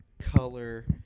color